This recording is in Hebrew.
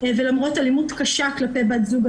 ולמרות אלימות קשה כלפי בת זוג,